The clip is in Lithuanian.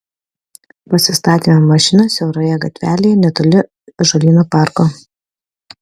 pasistatėme mašiną siauroje gatvelėje netoli ąžuolyno parko